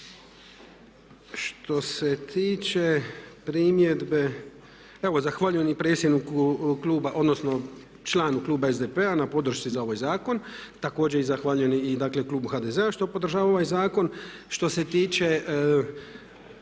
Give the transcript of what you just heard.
Što se tiče primjedbe. Evo zahvaljujem i predsjedniku, odnosno članu Kluba SDP-a na podršci za ovaj zakon, također i zahvaljujem i Klubu HDZ-a što podržava ovaj zakon. Što se tiče